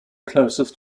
closest